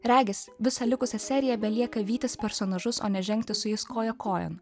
regis visą likusią seriją belieka vytis personažus o nežengti su jais koja kojon